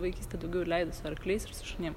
visą vaikystę daugiau leidau su arkliais ir su šunim